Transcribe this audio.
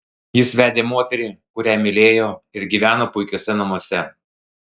jis vedė moterį kurią mylėjo ir gyveno puikiuose namuose